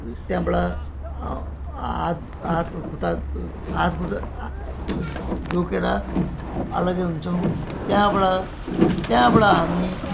त्यहाँबाट हात हात खुट्टा हात खुट्टा ढोगेर अलगै हुन्छौँ त्यहाँबाट त्यहाँबाट हामी